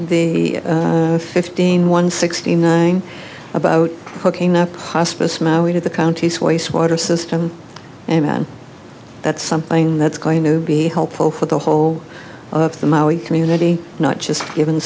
the fifteen one sixty nine about hooking up hospice my way to the county's waste water system and that's something that's going to be helpful for the whole of the maui community not just given